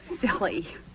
silly